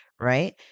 right